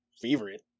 favorite